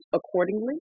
accordingly